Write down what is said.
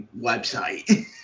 website